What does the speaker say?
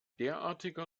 derartiger